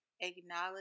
acknowledge